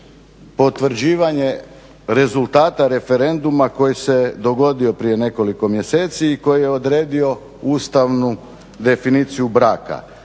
potvrđivanje rezultata referenduma koji se dogodio prije nekoliko mjeseci i koji je odredio ustavnu definiciju braka.